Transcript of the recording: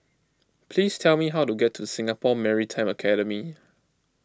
please tell me how to get to Singapore Maritime Academy